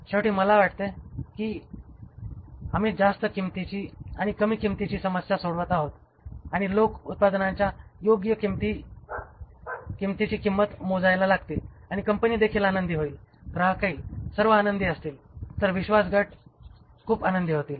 शेवटी मला वाटते की आम्ही जास्त किमतीची आणि कमी किंमतीची समस्या सोडवत आहोत आणि लोक उत्पादनाच्या योग्य किंमतीची किंमत मोजायला लागतील आणि कंपनी देखील आनंदी होईल ग्राहकही सर्व आनंदी असतील तर विश्वास गट खूप आनंदी होतील